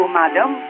madam